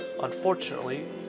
Unfortunately